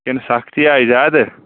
کِنہٕ سختی آیہِ زیادٕ